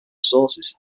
sources